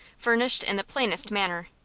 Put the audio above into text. furnished in the plainest manner,